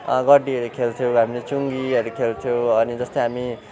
गड्डीहरू खेल्थ्यौँ हामीले चुङ्गीहरू खेल्थ्यौँ अनि जस्तै हामी